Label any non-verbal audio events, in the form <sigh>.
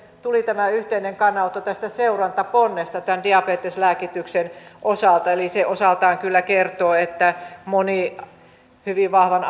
tuli tämä yhteinen kannanotto tästä seurantaponnesta diabeteslääkityksen osalta se osaltaan kyllä kertoo että moni hyvin vahvan <unintelligible>